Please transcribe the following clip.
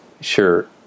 sure